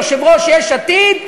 יושב-ראש יש עתיד מאשר,